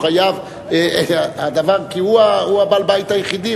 כי הוא בעל-הבית היחידי.